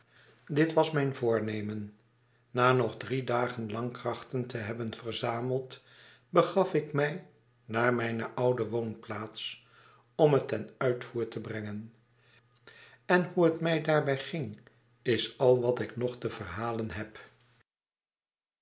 dit was mijn voornemen na nog drie dagen lang krachten te hebben verzameld begafik mij naar mijne oude woonplaats om het ten uitvoer te brengen en hoe het mij daarbij ging is al wat ik nog te verhalen heb